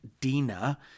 Dina